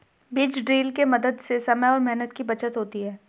बीज ड्रिल के मदद से समय और मेहनत की बचत होती है